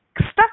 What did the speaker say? stuck